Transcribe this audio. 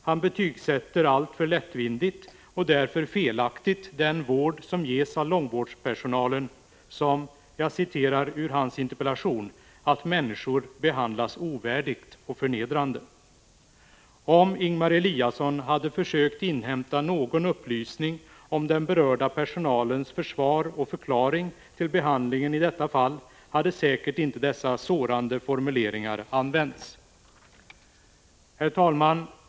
Han betygsätter alltför lättvindigt och därför felaktigt den vård som ges av långvårdens personal, som — jag citerar ur hans interpellation — ”att människor behandlas ovärdigt och förnedrande”. Om Ingemar Eliasson hade försökt inhämta någon upplysning om den berörda personalens försvar och förklaring till behandlingen i detta fall, hade säkert inte dessa sårande formuleringar använts. Herr talman!